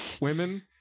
Women